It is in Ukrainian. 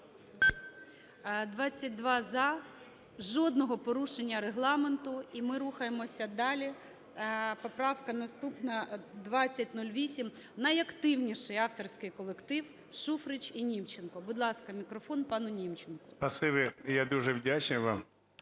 За-22 Жодного порушення Регламенту, і ми рухаємося далі. Поправка наступна 2008. Найактивніший авторський колектив Шуфрич і Німченко. Будь ласка, мікрофон пану Німченку.